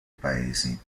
paesi